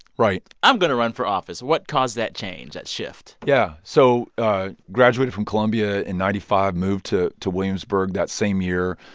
right. i'm going to run for office? what caused that change, that shift? yeah. so ah graduated from columbia in five, moved to to williamsburg that same year,